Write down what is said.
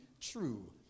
true